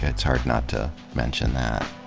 it's hard not to mention that.